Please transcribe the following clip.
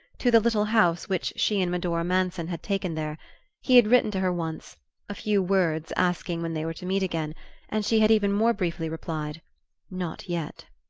to the little house which she and medora manson had taken there he had written to her once a few words, asking when they were to meet again and she had even more briefly replied not yet.